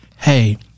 hey